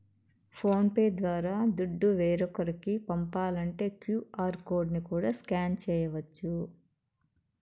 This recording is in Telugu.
ఫోన్ పే ద్వారా దుడ్డు వేరోకరికి పంపాలంటే క్యూ.ఆర్ కోడ్ ని కూడా స్కాన్ చేయచ్చు